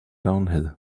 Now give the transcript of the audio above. downhill